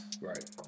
Right